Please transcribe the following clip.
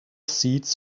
seats